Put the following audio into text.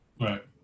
Right